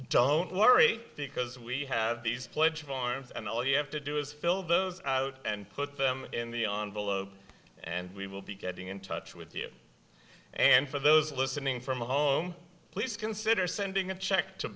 don't worry because we have these pledge forms and all you have to do is fill those out and put them in the on below and we will be getting in touch with you and for those listening from home please consider sending a check to